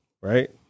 right